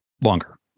longer